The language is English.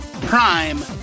Prime